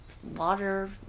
water